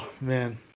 man